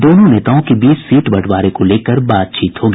दोनों नेताओं के बीच सीट बंटवारे को लेकर बातचीत होगी